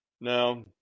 now